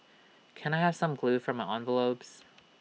can I have some glue for my envelopes